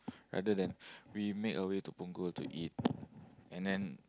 rather than we make our way to Punggol to eat and then